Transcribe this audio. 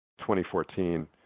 2014